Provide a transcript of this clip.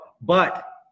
but-